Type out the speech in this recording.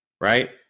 Right